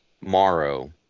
Morrow